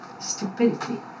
Stupidity